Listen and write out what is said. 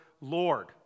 Lord